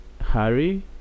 harry